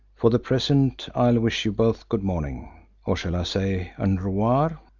for the present i'll wish you both good morning or shall i say an revoir?